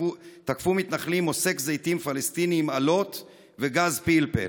תקפו מתנחלים מוסק זיתים פלסטיני עם אלות וגז פלפל,